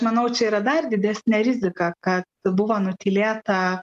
manau čia yra dar didesnė rizika kad buvo nutylėta